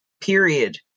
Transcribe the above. period